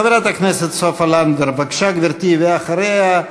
חברת הכנסת סופה לנדבר, בבקשה, גברתי, ואחריה,